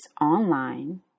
online